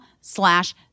slash